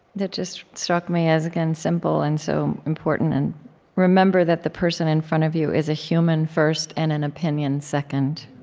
that just struck me as, again, simple and so important and remember that the person in front of you is a human, first, and an opinion, second.